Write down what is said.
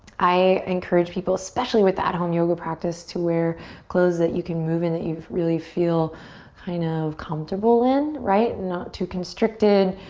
i encourage people, especially with at-home yoga practice, to wear clothes that you can move in that you really feel kind of comfortable in, right? not too constricted.